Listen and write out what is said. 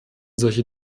solche